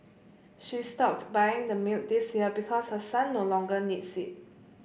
she stopped buying the milk this year because her son no longer needs it